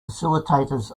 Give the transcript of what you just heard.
facilitators